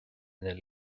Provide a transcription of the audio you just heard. ina